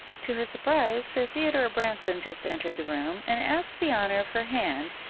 to her surprise, sir theodore branson just entered the room, and asked the honour of her hand,